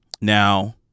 Now